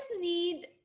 need